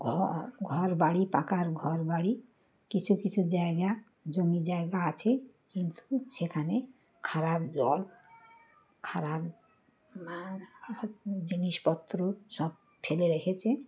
ঘর ঘর বাড়ি পাকার ঘর বাড়ি কিছু কিছু জায়গা জমি জায়গা আছে কিন্তু সেখানে খারাপ জল খারাপ জিনিসপত্র সব ফেলে রেখেছে